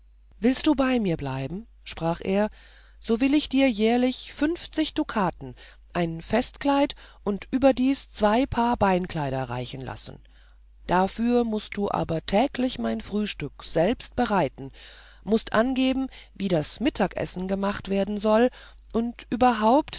willst du bei mir bleiben sprach er so will ich dir jährlich fünfzig dukaten ein festkleid und noch überdies zwei paar beinkleider reichen lassen dafür mußt du aber täglich mein frühstück selbst bereiten mußt angeben wie das mittagessen gemacht werden soll und überhaupt